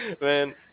Man